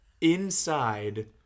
inside